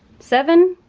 seven,